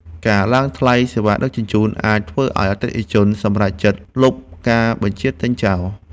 ការឡើងថ្លៃសេវាដឹកជញ្ជូន អាចធ្វើឱ្យអតិថិជនសម្រេចចិត្តលុបការបញ្ជាទិញចោល។